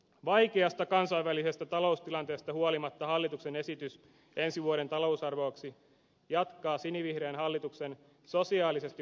vaikeasta kansainvälisestä taloustilanteesta huolimatta hallituksen esitys ensi vuoden talousarvioksi jatkaa sinivihreän hallituksen sosiaalisesti vastuuntuntoista linjaa